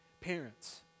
Parents